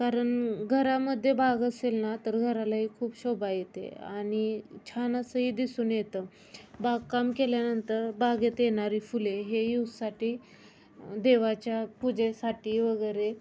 कारण घरामध्ये बाग असेल ना तर घरालाही खूप शोभा येते आनि छान असंही दिसून येतं बागकाम केल्यानंतर बागेत येणारी फुले हे यूजसाठी देवाच्या पूजेसाठी वगैरे